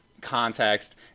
context